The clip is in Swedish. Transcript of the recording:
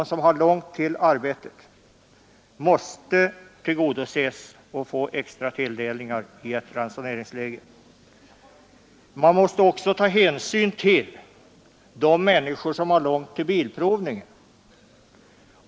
De som har långt till arbetet måste få extra tilldelning i ett ransoneringsläge. Man måste också ta hänsyn till människor som har långt till bilprovning.